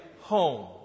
home